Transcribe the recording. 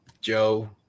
Joe